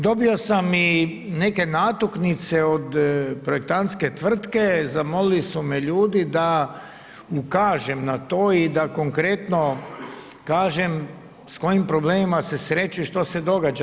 Dobio sam i neke natuknice od projektantske tvrtke, zamolili su me ljudi da ukažem na to i da konkretno kažem s kojim problemima se sreću i što se događa.